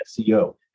SEO